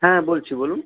হ্যাঁ বলছি বলুন